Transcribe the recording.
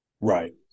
Right